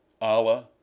Allah